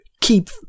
keep